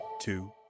two